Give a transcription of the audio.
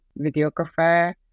videographer